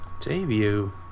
debut